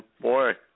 Boy